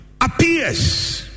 appears